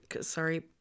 sorry